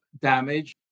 damage